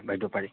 বাইদেউ পাৰি